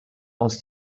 aus